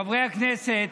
חברי הכנסת,